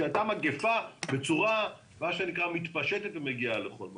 כשהייתה מגיפה בצורה מתפשטת ומגיעה לכל מקום.